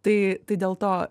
tai tai dėl to